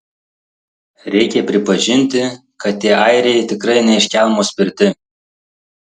reikia pripažinti kad tie airiai tikrai ne iš kelmo spirti